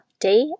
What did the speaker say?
day